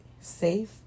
safe